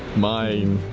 mine!